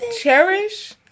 Cherish